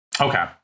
Okay